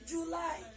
July